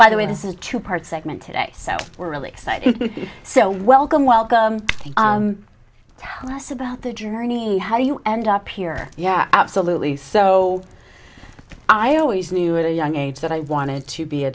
by the way does a two part segment today so we're really excited so welcome welcome to tell us about the journey how you end up here yeah absolutely so i always knew at a young age that i wanted to be a